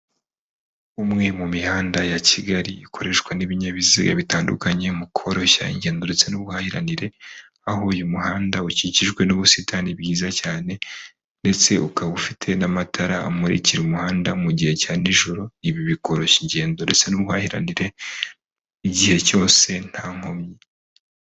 Umwe mu mihanda ya Kigali ikoreshwa n'ibinyabiziga bitandukanye mu koroshya ingendo ndetse n'ubuhahiranire, aho uyu muhanda ukikijwe n'ubusitani bwiza cyane ndetse ukaba ufite n'amatara amurikira umuhanda mu gihe cya n’ijoro, ibi bikoroshya ingendo ndetse n'ubuhahiranire igihe cyose nta nkomyi.